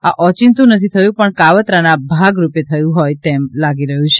આ ઓચિન્તું નથી થયું પણ કાવત્રાના ભાગ રૂપે થયું હોય તેમ લાગી રહ્યું છે